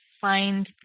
find